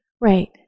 Right